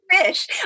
fish